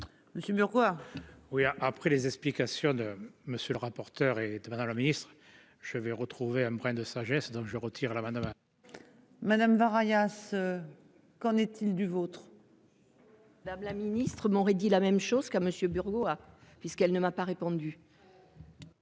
Monsieur quoi. Oui à après les explications de monsieur le rapporteur et de Madame le Ministre je vais retrouver empreint de sagesse. Donc je retire l'amendement. Madame var alias. Qu'en est-il du vôtre. Madame la Ministre m'aurait dit la même chose qu'à monsieur Burgot a puisqu'elle ne m'a pas répondu.